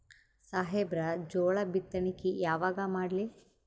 ಸಾಹೇಬರ ಜೋಳ ಬಿತ್ತಣಿಕಿ ಯಾವಾಗ ಮಾಡ್ಲಿ?